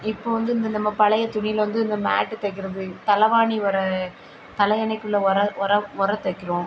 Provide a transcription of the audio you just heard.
இப்போ வந்து இந்த நம்ம பழைய துணியில் வந்து இந்த மேட்டு தைக்கிறது தலைவாணி உற தலையணைக்கு உள்ள உற உற உற தைக்கிறோம்